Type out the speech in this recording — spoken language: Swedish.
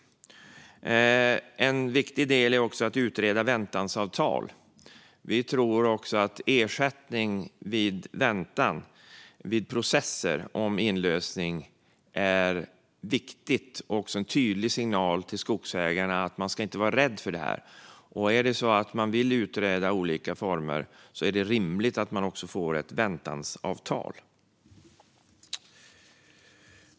En viktig del är också att utreda väntansavtal. Vi tror att ersättning vid väntan i processer om inlösning är viktigt. Det är en tydlig signal till skogsägarna att man inte ska vara rädd för detta. Om man vill utreda olika former är det rimligt att man får ett väntansavtal.